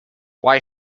why